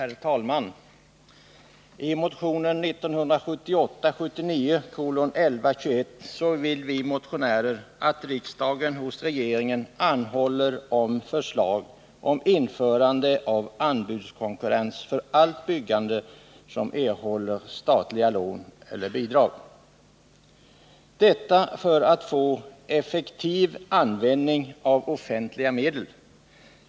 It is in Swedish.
Herr talman! I motionen 1978/79:1121 vill vi motionärer att riksdagen hos regeringen anhåller om förslag om införande av anbudskonkurrens för allt byggande som erhåller statliga lån eller bidrag, detta för att få effektiv användning av offentliga medel.